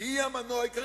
היא המנוע העיקרי.